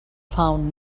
found